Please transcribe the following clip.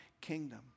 kingdom